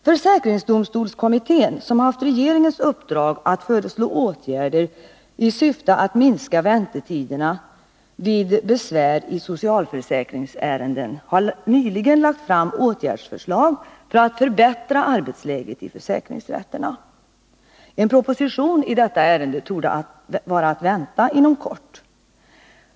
Försäkringsdomstolskommittén, som haft regeringens uppdrag att föreslå åtgärder i syfte att minska väntetiderna vid besvär i socialförsäkringsärenden, har nyligen lagt fram åtgärdsförslag för att förbättra arbetsläget i försäkringsrätterna. En proposition i detta ärende torde vara att vänta inom kort.